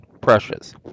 precious